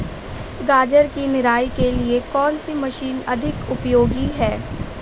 गाजर की निराई के लिए कौन सी मशीन अधिक उपयोगी है?